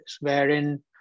wherein